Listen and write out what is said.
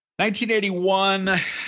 1981